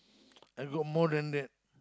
I got more than that